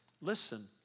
listen